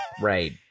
Right